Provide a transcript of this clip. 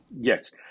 Yes